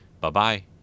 Bye-bye